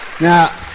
Now